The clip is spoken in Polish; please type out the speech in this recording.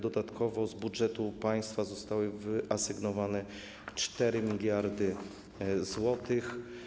Dodatkowo z budżetu państwa zostały wyasygnowane 4 mld zł.